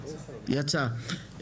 יצא.